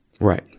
Right